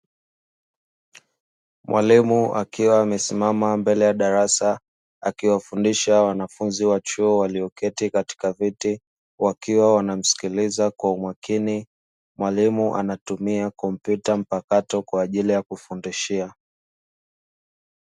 Mwalimu akiwa amesimama mbele ya darasa akiwafundisha wanafunzi wa chuo walioketi katika viti wakiwa wanamsikiliza kwa umakini. Mwalimu anatumia kompyuta mpakato kwa ajili ya kufundishia.